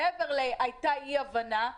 מעבר להייתה אי הבנה,